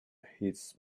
his